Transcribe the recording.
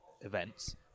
events